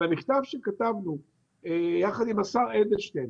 המכתב שכתבנו יחד עם השר אדלשטיין,